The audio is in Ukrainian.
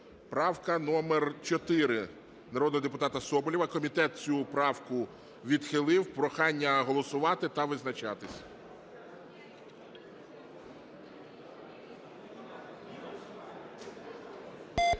правка номер 4 народного депутата Соболєва. Комітет цю правку відхилив. Прохання голосувати та визначатися.